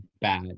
bad